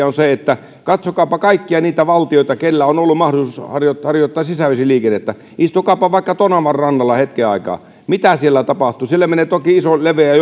on kuitenkin se että katsokaapa kaikkia niitä valtioita joilla on ollut mahdollisuus harjoittaa harjoittaa sisävesiliikennettä istukaapa vaikka tonavan rannalla hetken aikaa mitä siellä tapahtuu siellä menee toki iso leveä